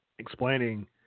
explaining